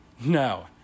No